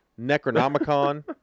Necronomicon